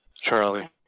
Charlie